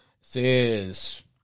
Says